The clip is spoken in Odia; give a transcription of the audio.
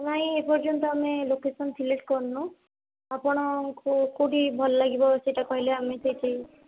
ନାଇଁ ଏପର୍ଯନ୍ତ ଆମେ ଲୋକେସନ୍ ସିଲେକ୍ଟ୍ କରିନୁ ଆପଣଙ୍କୁ କେଉଁଠି ଭଲ ଲାଗିବ ସେଇଟା କହିଲେ ଆମେ ସେଇଠି